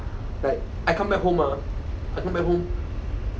like I come back home ah I come back home